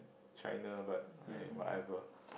China but !aiya! whatever